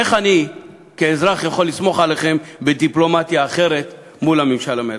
איך אני כאזרח יכול לסמוך עליכם בדיפלומטיה אחרת מול הממשל האמריקני?